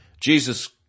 Jesus